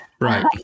Right